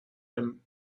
him